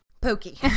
pokey